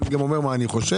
אלא גם אומר מה אני חושב.